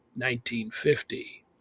1950